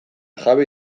jabe